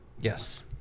Yes